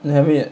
haven't yet